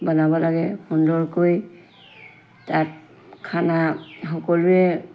বনাব লাগে সুন্দৰকৈ তাত খানা সকলোৱে